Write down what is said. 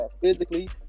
physically